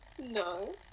No